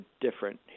different